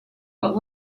but